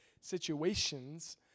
situations